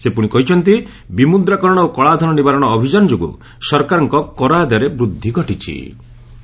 ସେ ପୁଣି କହିଛନ୍ତି ବିମୁଦ୍ରାକରଣ ଓ କଳାଧନ ନିବାରଣ ଅଭିଯାନ ଯୋଗୁଁ ସରକାରଙ୍କ କର ଆଦାୟରେ ବୃଦ୍ଧି ଘଟିଚ୍ଚି